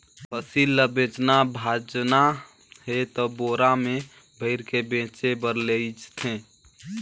फसिल ल बेचना भाजना हे त बोरा में भइर के बेचें बर लेइज थें